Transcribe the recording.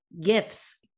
gifts